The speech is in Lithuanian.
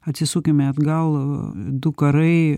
atsisukime atgal du karai